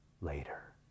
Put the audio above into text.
later